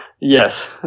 Yes